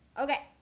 Okay